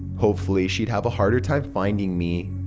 hopefully she'd have a harder time finding me.